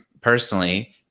personally